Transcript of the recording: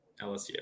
lsu